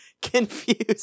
confused